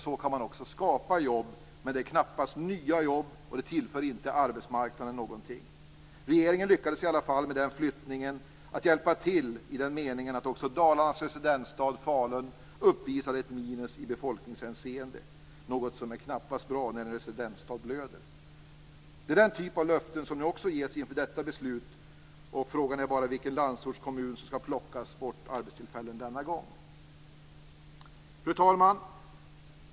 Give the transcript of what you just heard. Så kan man också skapa jobb, men det är knappast nya jobb och det tillför inte arbetsmarknaden någonting. Regeringen lyckades i alla fall med den flyttningen att hjälpa till i den meningen att också Dalarnas residensstad Falun uppvisade minus i befolkningshänseende, och det är knappast bra att en residensstad blöder. Det är den typen av löften som nu också ges inför detta beslut. Frågan är vilken landsortskommun som det skall plockas bort arbetstillfällen från denna gång. Fru talman!